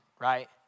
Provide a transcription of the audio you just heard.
right